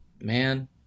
Man